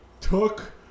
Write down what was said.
took